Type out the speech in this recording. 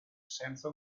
senza